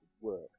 work